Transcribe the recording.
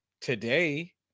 today